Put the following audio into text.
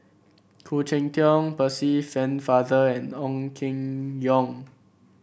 Khoo Cheng Tiong Percy Pennefather and Ong Keng Yong